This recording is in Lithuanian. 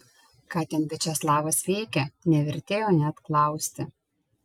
ką ten viačeslavas veikė nevertėjo net klausti